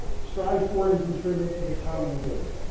strive for and contribute to the common good,